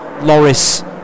Loris